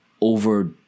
over